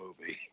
movie